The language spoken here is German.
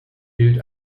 gilt